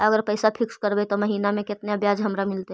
अगर पैसा फिक्स करबै त महिना मे केतना ब्याज हमरा मिलतै?